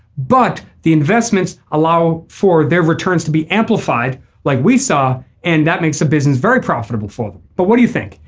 but the investments allow for returns to be amplified like we saw. and that makes a business very profitable for them. but what do you think.